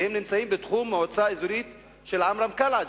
והם בתחום המועצה האזורית של עמרם קלעג'י,